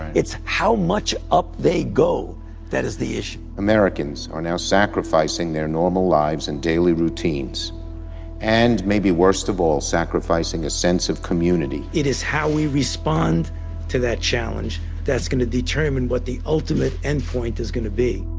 it's how much up they go that is the issue. americans are now sacrificing their normal lives and daily routines and, maybe worse of all, sacrificing a sense of community. it is how we respond to that challenge that is gonna determine what the ultimate end point is gonna be.